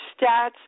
stats